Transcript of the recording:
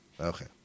Okay